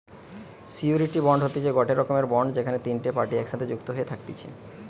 surety bond হতিছে গটে রকমের বন্ড যেখানে তিনটে পার্টি একসাথে যুক্ত হয়ে থাকতিছে